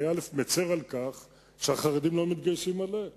שאני מצר על כך שהחרדים לא מתגייסים באופן מלא,